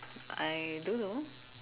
I don't know